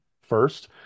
first